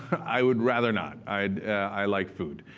i would rather not. i like food.